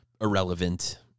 irrelevant